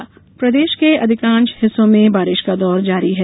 मौसम मानसून प्रदेश के अधिकांश हिस्सों में बारिश का दौर जारी है